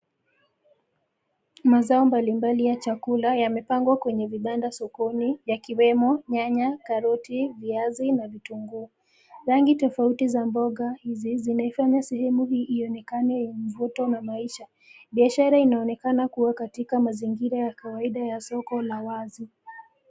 Mazao mbali mbali ya chakula yamepangwa kwenye vibanda sokoni yakiwemo: nyanya, karoti, viazi na vitunguu, rangi tofauti za mboga hizi zimeifanya sehemu hii ionekane ya mvuto na maisha, biashara inaonekana kuwa katika mazingira ya kawaida ya soko la wazi.